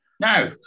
Now